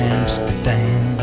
Amsterdam